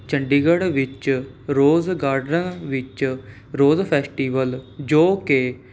ਚੰਡੀਗੜ੍ਹ ਵਿੱਚ rose garden ਵਿੱਚ rose festival ਜੋ ਕਿ